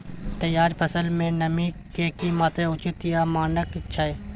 तैयार फसल में नमी के की मात्रा उचित या मानक छै?